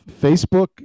Facebook